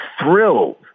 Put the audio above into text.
thrilled